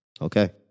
okay